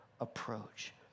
approach